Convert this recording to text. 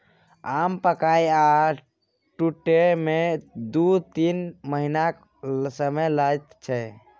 आम पाकय आ टुटय मे दु तीन महीनाक समय लैत छै